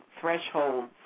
thresholds